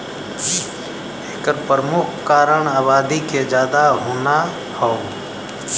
एकर परमुख कारन आबादी के जादा होना हौ